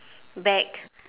back